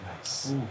Nice